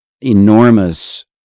enormous